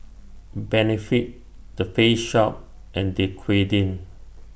Benefit The Face Shop and Dequadin